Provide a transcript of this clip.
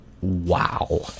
Wow